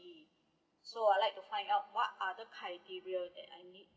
so I'd like to find out what other criterai that I need